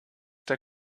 der